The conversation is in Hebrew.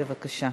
בבקשה.